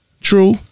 True